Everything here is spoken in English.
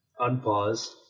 unpause